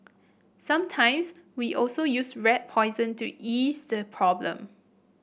sometimes we also use rat poison to ease the problem